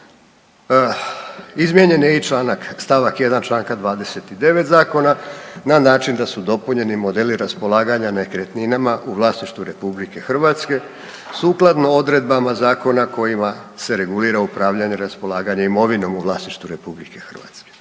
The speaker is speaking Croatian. Izmijenjen je i članak, stavak 1 čl. 29 Zakona na način da su dopunjeni modeli raspolaganja nekretninama u vlasništvu RH sukladno odredbama zakona kojima se regulira upravljanje i raspolaganje imovinom u vlasništvu RH. Imamo dvije